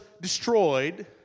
destroyed